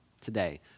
today